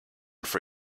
for